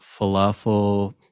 falafel